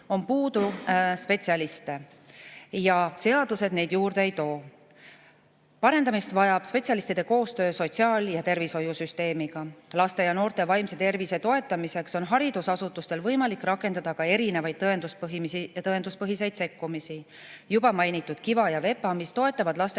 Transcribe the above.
on puudu spetsialiste ja seadused neid juurde ei too. Parandamist vajab spetsialistide koostöö sotsiaal‑ ja tervishoiusüsteemiga. Laste ja noorte vaimse tervise toetamiseks on haridusasutustel võimalik rakendada ka erinevaid tõenduspõhiseid sekkumisi. Juba mainitud KiVa ja VEPA, mis toetavad laste